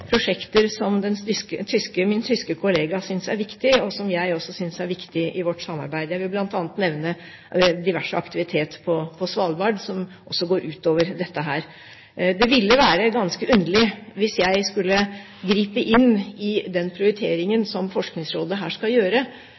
prosjekter som min tyske kollega synes er viktig, og som jeg også synes er viktig, i vårt samarbeid. Jeg vil blant annet nevne diverse aktivitet på Svalbard, som også går ut over dette. Det ville være ganske underlig hvis jeg skulle gripe inn i den prioriteringen som Forskningsrådet her skal gjøre,